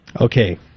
Okay